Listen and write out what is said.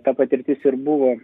ta patirtis ir buvo